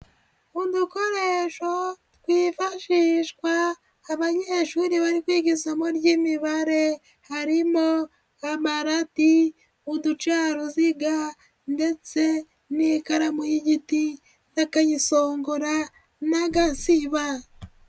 Udukoresho twifashishwa abanyeshuri bari kwiga isomo ry'imibare harimo amarati, uducaruziga ndetse n'ikaramu y'igiti n'akayisongora n'agasiba.